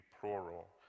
plural